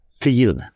feel